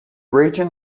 region